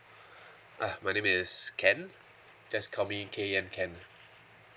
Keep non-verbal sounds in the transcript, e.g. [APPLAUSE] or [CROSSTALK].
[BREATH] ah my name is ken just call me K E N ken